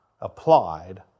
applied